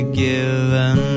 given